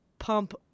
Pump